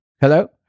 Hello